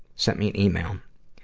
sent me an email.